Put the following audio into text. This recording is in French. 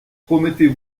promettez